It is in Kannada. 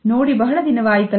ನೋಡಿ ಬಹಳ ದಿನವಾಯಿತಲ್ಲ